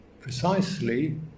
precisely